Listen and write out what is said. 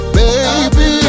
baby